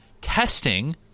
testing